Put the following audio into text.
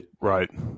Right